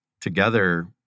together